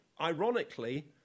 Ironically